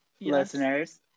listeners